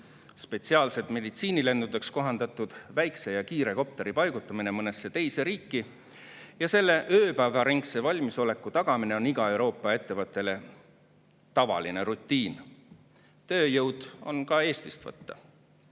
Spetsiaalselt meditsiinilendudeks kohandatud väikese ja kiire kopteri paigutamine teise riiki ja selle ööpäevaringse valmisoleku tagamine on igale sellisele Euroopa ettevõttele tavaline rutiin. Tööjõudu on ka Eestist võtta.